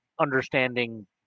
understanding